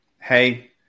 Hey